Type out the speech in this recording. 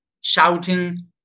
shouting